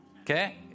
okay